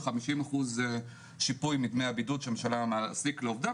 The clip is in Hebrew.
וחמישים אחוז שיפוי מדמי הבידוד שמשלם המעסיק לעובדיו,